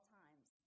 times